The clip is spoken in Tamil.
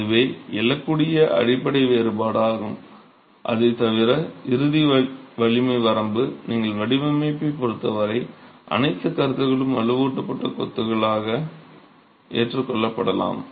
அதுவே எழக்கூடிய அடிப்படை வேறுபாடு ஆகும் அதைத் தவிர இறுதி வலிமை வரம்பு நிலை வடிவமைப்பைப் பொருத்தவரை அனைத்து கருத்துக்களும் வலுவூட்டப்பட்ட கொத்துக்காக ஏற்றுக்கொள்ளப்படலாம்